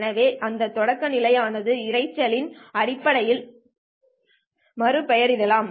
எனவே இந்த தொடக்கநிலை ஆனது இரைச்சலின் அடிப்படையில் மறுபெயரிடலாம்